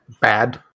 bad